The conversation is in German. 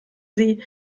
sie